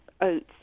oats